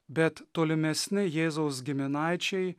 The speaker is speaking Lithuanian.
bet tolimesni jėzaus giminaičiai